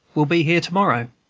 will be here to-morrow,